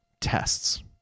tests